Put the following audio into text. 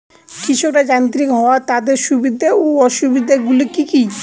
কৃষকরা যান্ত্রিক হওয়ার তাদের সুবিধা ও অসুবিধা গুলি কি কি?